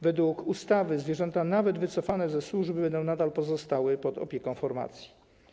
Według ustawy zwierzęta nawet wycofane ze służby będą nadal pozostawały pod opieką formacji.